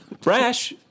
Brash